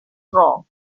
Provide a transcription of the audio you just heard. wrong